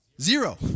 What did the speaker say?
zero